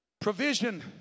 provision